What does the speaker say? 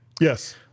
Yes